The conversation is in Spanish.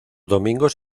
domingos